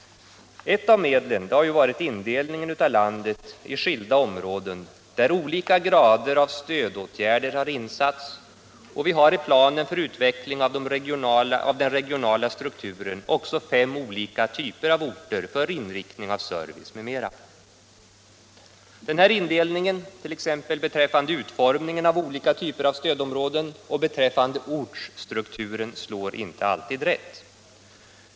Ett av medlen har varit indelningen av landet i skilda områden där olika grader av stödåtgärder har insatts, och vi har i planen för utveckling av den regionala strukturen också fem olika typer av orter för inriktning av service m.m. Denna indelning t.ex. beträffande utformningen av olika typer av stödområden och beträffande ortsstrukturen slår inte alltid rätt.